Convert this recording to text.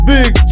Big